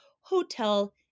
hotel